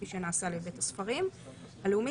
כפי שנעשה לבית הספרים הלאומי,